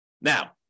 Now